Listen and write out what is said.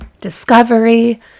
discovery